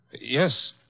Yes